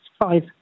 five